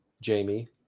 Jamie